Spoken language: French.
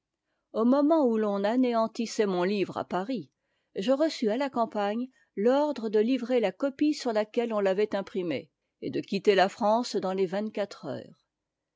au moment où l'on anéantissait mon ivre à paris je reçus à la campagne l'ordre de livrer la copie sur laquelle on l'avait imprimé et de quitter la france dans tes vingtquatre heures